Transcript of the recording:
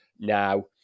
now